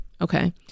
Okay